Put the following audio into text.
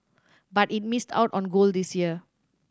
but it missed out on gold this year